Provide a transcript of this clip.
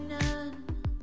none